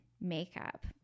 makeup